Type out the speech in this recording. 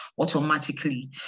automatically